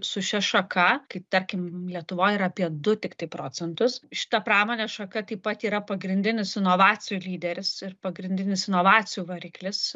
su šia šaka kaip tarkim lietuvoj yra apie du tiktai procentus šita pramonės šaka taip pat yra pagrindinis inovacijų lyderis ir pagrindinis inovacijų variklis